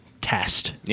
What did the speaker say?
test